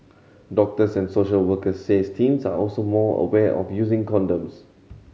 doctors and social workers says teens are also more aware of using condoms